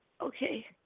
Okay